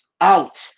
out